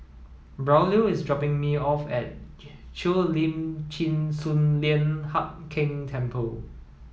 Braulio is dropping me off at Cheo Lim Chin Sun Lian Hup Keng Temple